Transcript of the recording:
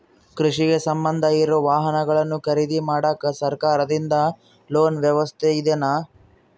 ಕೃಷಿಗೆ ಸಂಬಂಧ ಇರೊ ವಾಹನಗಳನ್ನು ಖರೇದಿ ಮಾಡಾಕ ಸರಕಾರದಿಂದ ಲೋನ್ ವ್ಯವಸ್ಥೆ ಇದೆನಾ?